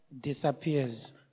disappears